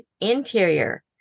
interior